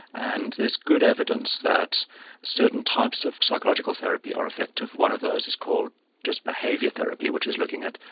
and there's good evidence that certain types of psychological therapy are effective, one of those is called just behaviour therapy, which is looking at,